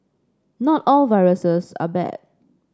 not all viruses are bad